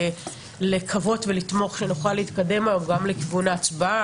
לקוות ולתמוך שנוכל להתקדם גם לכיוון ההצבעה.